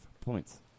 points